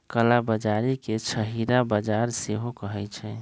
कला बजारी के छहिरा बजार सेहो कहइ छइ